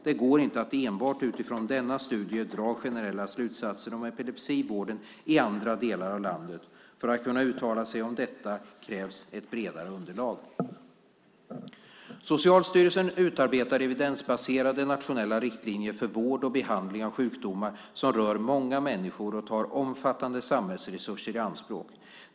Det går inte att enbart utifrån denna studie dra generella slutsatser om epilepsivården i andra delar av landet. För att kunna uttala sig om detta krävs ett bredare underlag. Socialstyrelsen utarbetar evidensbaserade nationella riktlinjer för vård och behandling av sjukdomar som rör många människor och tar omfattande samhällsresurser i anspråk.